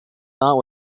thought